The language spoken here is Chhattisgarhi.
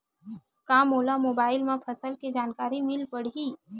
का मोला मोबाइल म फसल के जानकारी मिल पढ़ही?